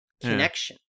connection